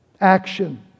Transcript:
Action